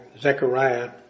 Zechariah